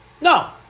No